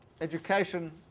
education